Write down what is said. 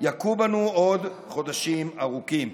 יכו בנו עוד חודשים ארוכים.